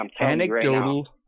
anecdotal